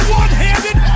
one-handed